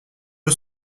eux